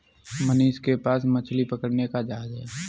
मनीष के पास मछली पकड़ने का जहाज है